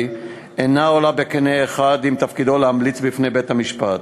אינו עולה בקנה אחד עם תפקידו להמליץ בפני בית-המשפט,